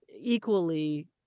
Equally